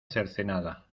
cercenada